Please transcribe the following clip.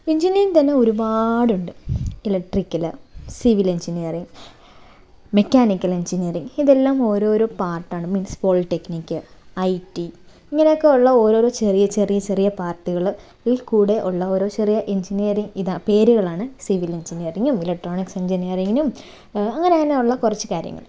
engineering തന്നെ ഒരുപാടുണ്ട് electrical civil engineering mechanical engineering ഇതെല്ലാം ഓരോരോ പാർട്ട് ആണ് മീൻസ് പോളിടെക്നിക്ക് ഐ ടി ഇങ്ങനെയൊക്കെയുള്ള ഓരോരോ ചെറിയ ചെറിയ ചെറിയ പാർട്ടുകളിൽ കൂടെ ഉള്ള ഓരോ ചെറിയ എൻജിനീയറിങ് ഇതാണ് പേരുകളാണ് സിവിൽ എഞ്ചിനീയറിങും ഇലക്ട്രോണിക്സ് എൻജിനീയറിങ്ങിനും അങ്ങനെ അങ്ങനെയുള്ള കുറച്ച് കാര്യങ്ങൾ